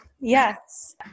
Yes